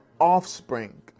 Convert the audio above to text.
offspring